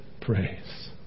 praise